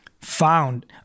found